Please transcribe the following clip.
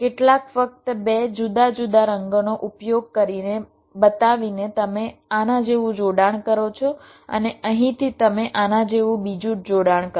કેટલાક ફક્ત બે જુદા જુદા રંગોનો ઉપયોગ કરીને બતાવીને તમે આના જેવું જોડાણ કરો છો અને અહીંથી તમે આના જેવું બીજું જોડાણ કરો છો